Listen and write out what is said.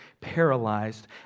paralyzed